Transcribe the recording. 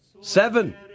Seven